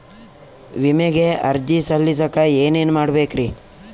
ವಿಮೆಗೆ ಅರ್ಜಿ ಸಲ್ಲಿಸಕ ಏನೇನ್ ಮಾಡ್ಬೇಕ್ರಿ?